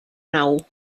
nau